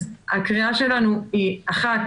אז הקריאה שלנו היא אחת,